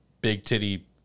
big-titty